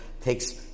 takes